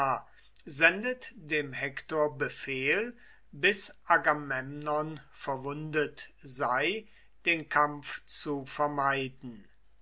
dem hektor befehl bis agamemnon verwundet sei den kampf zu vermeiden